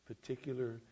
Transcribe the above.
particular